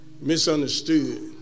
Misunderstood